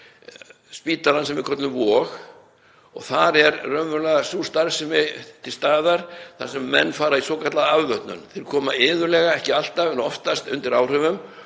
spítalann sem við köllum Vog og þar er raunverulega sú starfsemi til staðar þar sem menn fara í svokallaða afvötnun. Þeir koma iðulega, ekki alltaf en oftast, undir áhrifum